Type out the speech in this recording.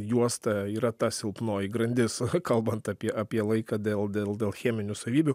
juosta yra ta silpnoji grandis kalbant apie apie laiką dėl dėl dėl cheminių savybių